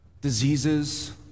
diseases